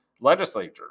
legislature